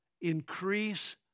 increase